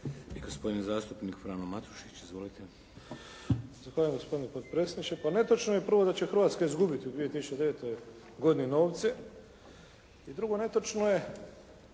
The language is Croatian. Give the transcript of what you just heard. Gospodin zastupnik Frano Matušić. Izvolite. **Matušić, Frano (HDZ)** Zahvaljujem gospodine potpredsjedniče. Pa netočno je prvo da će Hrvatska izgubiti u 2009. godini novce i drugo netočno je